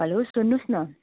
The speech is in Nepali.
हेलो सुन्नुहोस् न